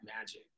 magic